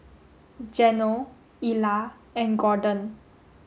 Geno Ilah and Gorden